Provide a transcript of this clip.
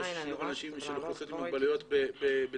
של שיעור אנשים ושל אוכלוסיות עם מוגבלות בתעסוקה.